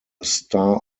star